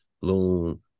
Loom